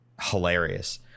hilarious